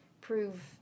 prove